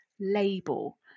label